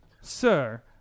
Sir